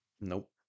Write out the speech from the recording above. Nope